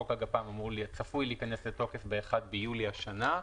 חוק הגפ"מ צפוי להיכנס לתוקף ב-1 ביולי השנה,